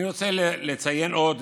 אני רוצה לציין עוד